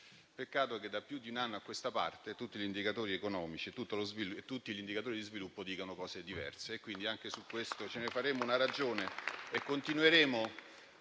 Peccato che da più di un anno a questa parte tutti gli indicatori economici e di sviluppo dicano cose diverse,